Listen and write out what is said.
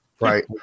right